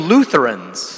Lutherans